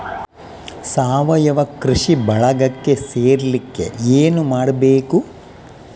ಸಾವಯವ ಕೃಷಿ ಬಳಗಕ್ಕೆ ಸೇರ್ಲಿಕ್ಕೆ ಏನು ಮಾಡ್ಬೇಕು?